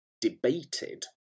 debated